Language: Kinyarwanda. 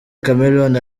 chameleone